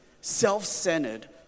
self-centered